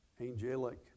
angelic